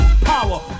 power